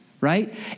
right